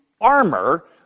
armor